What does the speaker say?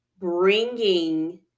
bringing